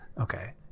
Okay